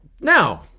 Now